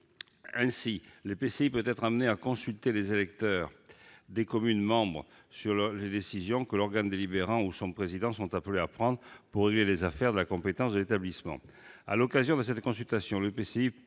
Ainsi, l'EPCI peut être amené à consulter les électeurs des communes membres sur les décisions que l'organe délibérant ou son président sont appelés à prendre pour régler les affaires relevant de sa compétence. À l'occasion de cette consultation, l'EPCI